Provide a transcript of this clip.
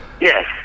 Yes